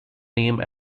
name